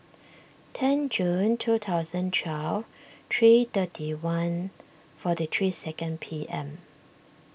ten June two thousand twelve three thirty one forty three second P M